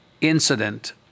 incident